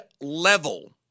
level